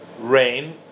rain